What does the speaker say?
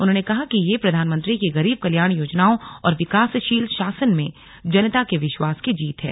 उन्होंने कहा कि यह प्रधानमंत्री की गरीब कल्याण योजनाओं और विकासशील शासन में जनता के विश्वास की जीत है